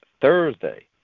Thursday